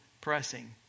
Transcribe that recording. pressing